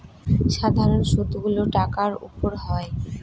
সাধারন সুদ গুলো টাকার উপর হয়